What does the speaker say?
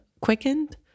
quickened